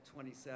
27